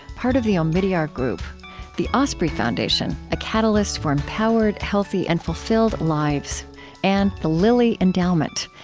part of the omidyar group the osprey foundation a catalyst for empowered, healthy, and fulfilled lives and the lilly endowment,